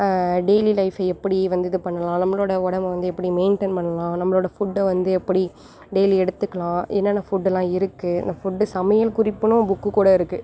daily life எப்படி வந்து இது பண்ணுலாம் நம்மளோட உடம்ப வந்து எப்படி மெயின்டெயின் பண்ணலாம் நம்மளோட ஃபுட்டை வந்து எப்படி டெய்லி எடுத்துக்கலாம் என்னான்ன ஃபுட்டு எல்லாம் இருக்கு ஃபுட்டு சமையல் குறிப்புன்னு புக்கு கூட இருக்கு